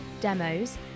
demos